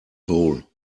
hole